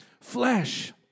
flesh